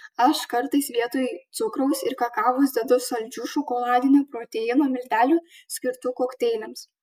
aš kartais vietoj cukraus ir kakavos dedu saldžių šokoladinių proteino miltelių skirtų kokteiliams